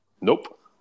Nope